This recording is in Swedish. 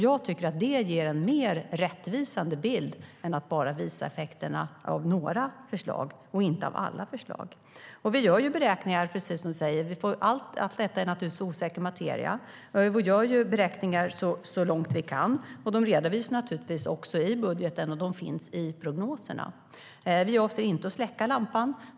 Jag tycker att det ger en mer rättvisande bild än att bara visa effekterna av några förslag och inte av alla. Vi gör beräkningar, precis som Jonas Jacobsson Gjörtler säger. Allt detta är naturligtvis osäker materia, men vi gör beräkningar så långt vi kan. Dessa redovisar vi i budgeten, och de finns också i prognoserna. Vi avser inte att släcka lampan.